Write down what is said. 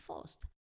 First